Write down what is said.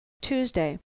Tuesday